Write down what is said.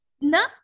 No